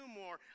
more